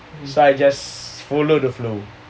so I just follow the flow